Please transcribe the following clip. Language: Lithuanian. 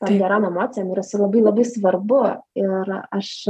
tom gerom emocijom ir jisai labai labai svarbu ir aš